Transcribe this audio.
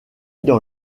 dans